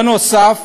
נוסף